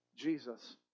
Jesus